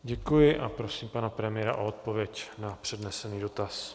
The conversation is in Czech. Děkuji a prosím pana premiéra o odpověď na přednesený dotaz.